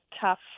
tough